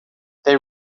they